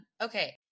Okay